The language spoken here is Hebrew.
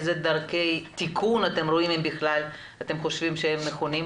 איזה דרכי תיקון אתם רואים ואם בכלל אתם חושבים שהם נכונים.